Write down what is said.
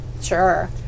Sure